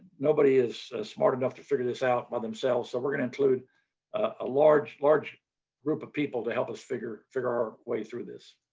nobody is smart enough to figure this out by themselves so we're going to include a large large group of people to help us figure figure our way through this.